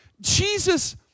Jesus